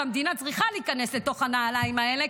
והמדינה צריכה להיכנס לתוך הנעליים האלה,